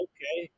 Okay